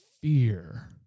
fear